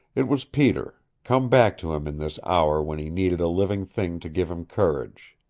it was peter come back to him in this hour when he needed a living thing to give him courage.